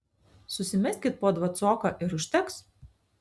susimeskit po dvacoką ir užteks